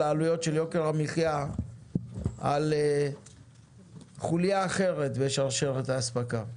העלויות של יוקר המחיה על חוליה אחרת בשרשרת האספקה.